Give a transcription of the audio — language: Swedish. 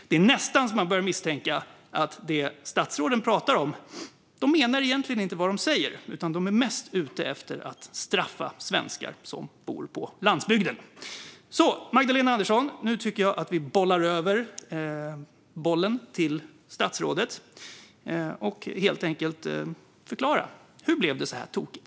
Det är nästan så att man börjar misstänka att statsråden inte menar vad de säger utan att de är mest ute efter att straffa svenskar som bor på landsbygden. Så, Magdalena Andersson, nu får statsrådet bollen så att hon kan förklara hur det kunde bli så tokigt.